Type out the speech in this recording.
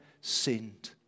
sinned